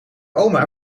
oma